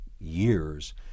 years